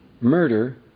murder